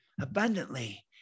abundantly